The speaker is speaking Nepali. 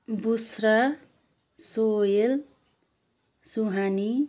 बुस्रा सोहेल सुहानी